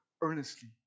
earnestly